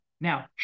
Now